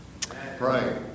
Pray